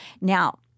Now